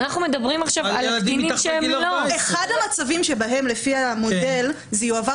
אנחנו מדברים עכשיו על קטינים --- אחד המצבים שבהם לפי המודל זה יועבר